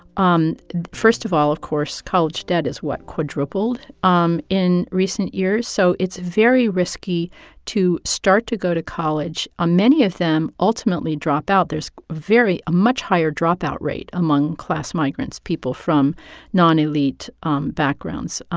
um first of all, of course, college debt has what? quadrupled um in recent years, so it's very risky to start to go to college. um many of them, ultimately, drop out. there's very a much higher dropout rate among class migrants, people from non-elite um backgrounds.